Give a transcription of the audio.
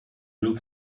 look